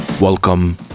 Welcome